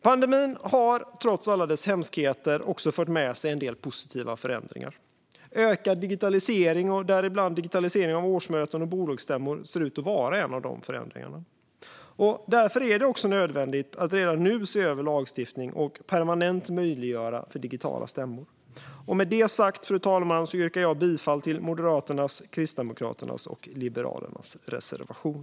Pandemin har trots alla sina hemskheter också fört med sig en del positiva förändringar. Ökad digitalisering, däribland digitalisering av årsmöten och bolagsstämmor, ser ut att vara en av de förändringarna. Därför är det också nödvändigt att redan nu se över lagstiftningen och permanent möjliggöra digitala stämmor. Fru talman! Med det sagt yrkar jag bifall till Moderaternas, Kristdemokraternas och Liberalernas reservation.